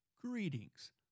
Greetings